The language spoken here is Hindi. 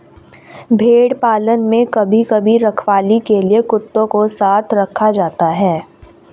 भेड़ पालन में कभी कभी रखवाली के लिए कुत्तों को साथ रखा जाता है